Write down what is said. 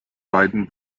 beiden